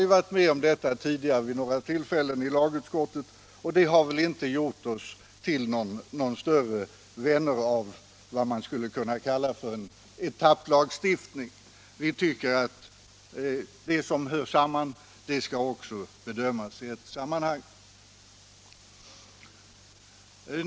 Vi Tisdagen den har vid några tidigare tillfällen varit med om detta i lagutskottet, och 14 december 1976 det har inte gjort oss till några större vänner av vad man skulle kunna kalla en etapplagstiftning. Vi anser att det som hör samman också skall — Konkurslagstiftbedömas i ett sammanhang.